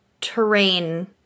terrain